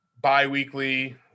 biweekly